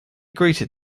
greeted